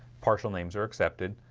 partial names are accepted.